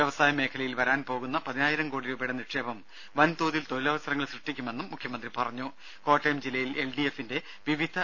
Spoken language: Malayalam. വ്യവസായ മേഖലയിൽ വരാൻ പോകുന്ന പതിനായിരം കോടി രൂപയുടെ നിക്ഷേപം വൻ തോതിൽ തൊഴിലവസരങ്ങൾ സൃഷ്ടിക്കുമെന്നും മുഖ്യമന്ത്രി കോട്ടയം ജില്ലയിൽ എൽഡിഎഫിന്റെ വിവിധ പറഞ്ഞു